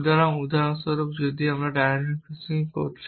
সুতরাং উদাহরণস্বরূপ আপনি যখন ডায়াগনোসিস করছেন